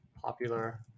popular